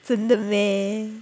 真的 meh